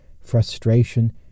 frustration